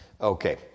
Okay